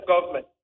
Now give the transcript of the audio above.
government